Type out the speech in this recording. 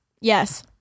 Yes